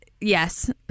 Yes